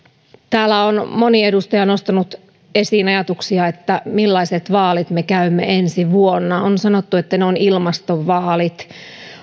täällä on moni edustaja nostanut esiin ajatuksia siitä millaiset vaalit me käymme ensi vuonna on sanottu että ne ovat ilmastovaalit